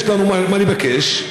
יש לנו מה לבקש,